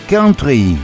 Country